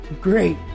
Great